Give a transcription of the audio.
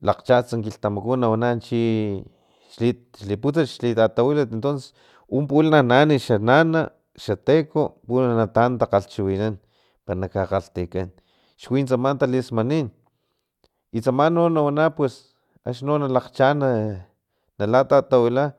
lakgchaats kilhtamaku na chi xliputsas xlitatawilat un pulana na an xanana xateco palana natan takgalhchiwinan para na kgakgalhtikan xwi tsama talismanin i tsama no nawana pues axni no na lakgchaan nalatatawila